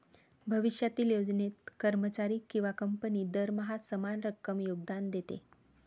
भविष्यातील योजनेत, कर्मचारी किंवा कंपनी दरमहा समान रक्कम योगदान देते